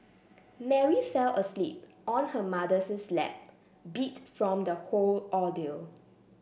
Mary fell asleep on her mother's lap beat from the whole ordeal